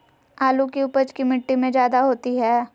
आलु की उपज की मिट्टी में जायदा होती है?